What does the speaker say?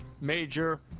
Major